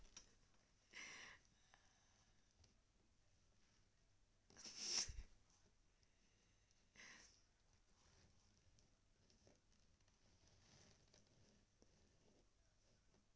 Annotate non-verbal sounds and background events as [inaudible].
[noise]